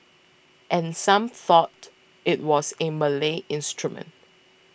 and some thought it was a Malay instrument